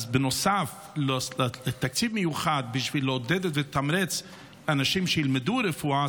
אז נוסף לתקציב מיוחד בשביל לעודד ולתמרץ אנשים שילמדו רפואה,